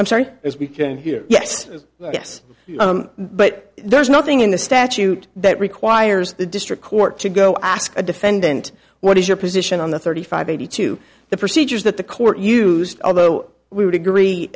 i'm sorry as we can hear yes yes but there is nothing in the statute that requires the district court to go ask a defendant what is your position on the thirty five eighty two the procedures that the court used although we would agree